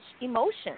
emotion